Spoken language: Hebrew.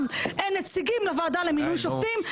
אין נציגים לוועדה למינוי שופטים בלשכת עורכי הדין.